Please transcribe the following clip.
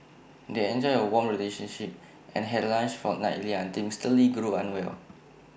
they enjoyed A warm relationship and had lunch fortnightly until Mister lee grew unwell